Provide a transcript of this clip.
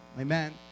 Amen